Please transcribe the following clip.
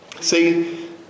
See